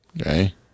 Okay